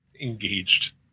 Engaged